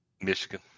Michigan